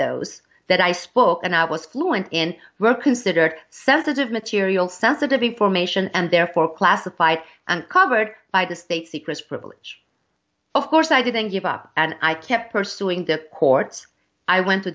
those that i spoke and i was fluent in were considered sensitive material sensitive information and therefore classified and covered by the state secrets privilege of course i didn't give up and i kept pursuing the courts i went to